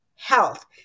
health